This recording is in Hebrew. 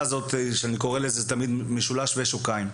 הזאת שאני קורא לזה משולש שווה שוקיים.